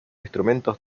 instrumentos